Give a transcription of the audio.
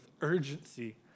urgency